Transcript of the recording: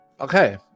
Okay